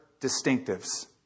distinctives